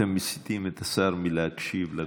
אתם מסיטים את השר מלהקשיב לדובר.